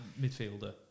midfielder